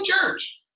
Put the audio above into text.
church